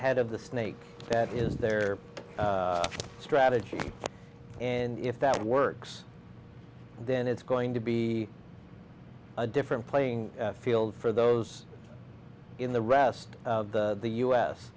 head of the snake that is their strategy and if that works then it's going to be a different playing field for those in the rest of the